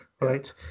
right